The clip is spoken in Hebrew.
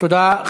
תודה.